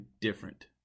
different